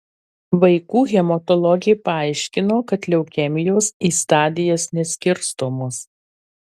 vaikų hematologė paaiškino kad leukemijos į stadijas neskirstomos